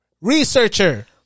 Researcher